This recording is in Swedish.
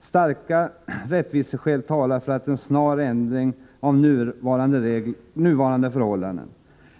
Starka rättviseskäl talar för en snar ändring av nuvarande förhållanden. Herr talman!